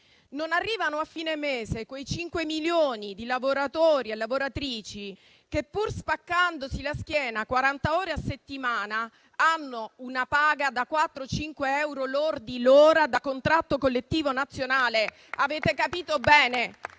Non arrivano a fine mese quei 5 milioni di lavoratori e lavoratrici che, pur spaccandosi la schiena quaranta ore a settimana, hanno una paga da 4-5 euro lordi l'ora da contratto collettivo nazionale, avete capito bene.